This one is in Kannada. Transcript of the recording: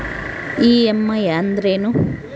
ಇ.ಎಮ್.ಐ ಅಂದ್ರೇನು?